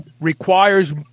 requires